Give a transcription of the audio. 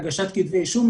להגשת כתבי אישום,